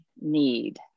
need